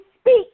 speak